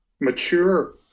mature